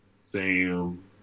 Sam